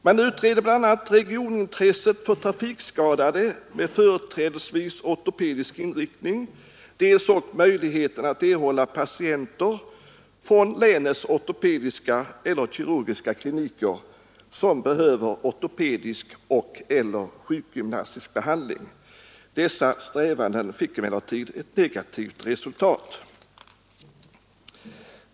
Man utredde dels regionintresset för trafikskadade med företrädesvis ortopedisk inriktning, dels möjligheten att erhålla sådana patienter från länets ortopediska eller kirurgiska kliniker som behöver ortopedisk och/eller sjukgymnastisk behandling. Dessa strävanden fick emellertid negativt resultat.